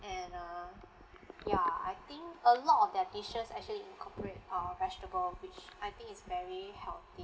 and uh ya I think a lot of their dishes actually incorporate uh vegetable which I think is very healthy